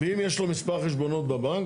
וגם יש לו מספר חשבונות בבנק,